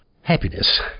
happiness